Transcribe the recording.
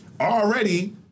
already